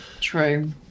True